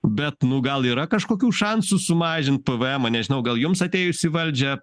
bet nu gal yra kažkokių šansų sumažint pvmą nežinau gal jums atėjus į valdžią